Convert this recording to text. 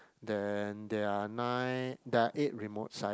then there are nine there are eight remote site